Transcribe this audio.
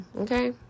okay